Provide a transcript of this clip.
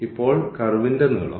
ഇപ്പോൾ കർവിന്റെ നീളം